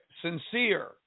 sincere